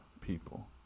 people